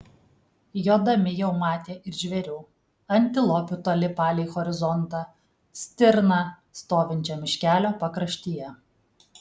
jodami jau matė ir žvėrių antilopių toli palei horizontą stirną stovinčią miškelio pakraštyje